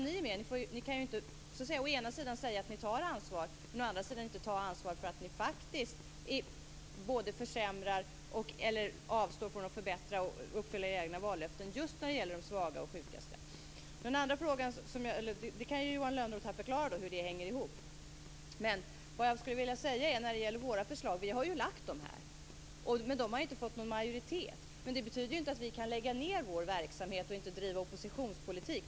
Ni kan ju inte å ena sidan säga att ni tar ansvar, å andra sidan inte ta ansvar för att ni faktiskt försämrar och avstår från att förbättra och att uppfylla era egna vallöften just när det gäller de svagaste och sjukaste. Johan Lönnroth kan ju förklara hur det hänger ihop. När det gäller våra förslag skulle jag vilja säga att vi ju har lagt fram dem men de inte har fått någon majoritet. Men det betyder ju inte att vi kan lägga ned vår verksamhet och inte driva oppositionspolitik.